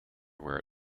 where